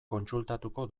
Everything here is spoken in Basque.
kontsultatuko